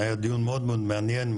היה דיון מאוד מאוד מעניין,